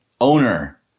owner